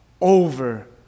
over